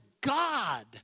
God